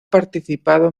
participado